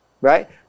Right